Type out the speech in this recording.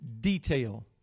detail